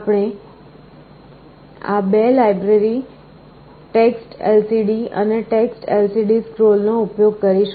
આપણે આ 2 library TextLCD અને TextLCDScroll નો ઉપયોગ કરીશું